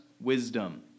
wisdom